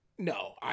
No